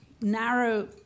narrow